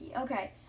Okay